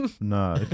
No